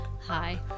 Hi